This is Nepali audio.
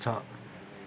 छ